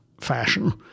fashion